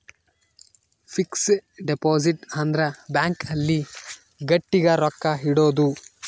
fix deposit ಅಂದ್ರ bank ಅಲ್ಲಿ ಗಟ್ಟಿಗ ರೊಕ್ಕ ಇಡೋದು